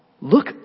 Look